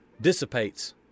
dissipates